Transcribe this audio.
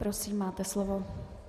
Prosím, máte slovo.